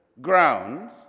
grounds